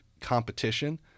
competition